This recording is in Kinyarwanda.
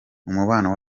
umubano